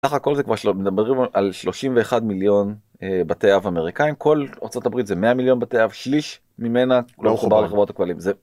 סך הכול זה כבר שמדברים על 31 מיליון בתי אב אמריקאים כל ארצות הברית זה 100 מיליון בתי אב שליש ממנה לא מחובר לחברות הכבלים, זה כבר...